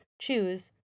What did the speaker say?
choose